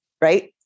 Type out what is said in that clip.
Right